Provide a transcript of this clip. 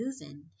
moving